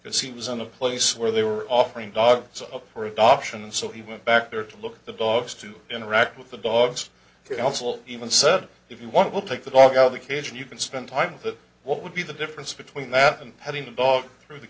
because he was on a place where they were offering dogs up for adoption so he went back there to look at the dogs to interact with the dogs they also even said if you want we'll take the dog out of the cage and you can spend time but what would be the difference between that and having the dog